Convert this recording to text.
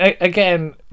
again